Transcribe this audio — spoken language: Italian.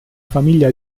famiglia